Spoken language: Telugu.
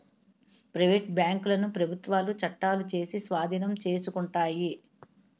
ప్రైవేటు బ్యాంకులను ప్రభుత్వాలు చట్టాలు చేసి స్వాధీనం చేసుకుంటాయి